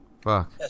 fuck